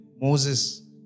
Moses